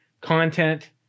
content